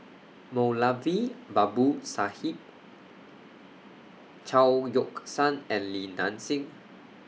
Moulavi Babu Sahib Chao Yoke San and Li Nanxing